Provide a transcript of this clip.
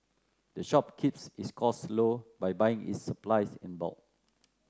the shop keeps its costs low by buying its supplies in bulk